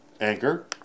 anchor